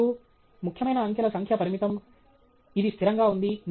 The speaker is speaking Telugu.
మరియు ముఖ్యమైన అంకెల సంఖ్య పరిమితం ఇది స్థిరంగా ఉంది